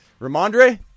Ramondre